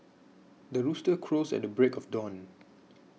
the rooster crows at the break of dawn